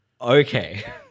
okay